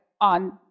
on